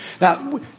Now